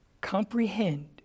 comprehend